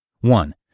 One